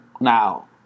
Now